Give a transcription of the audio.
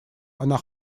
она